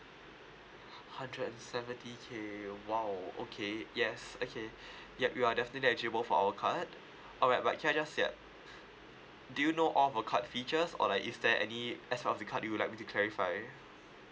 hundred and seventy K !wow! okay yes okay yup you are definitely eligible for our card alright but can I just yup do you know all the card features or like is there any uh aspect of the card do you like me to clarify